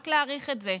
רק להאריך את זה,